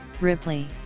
Ripley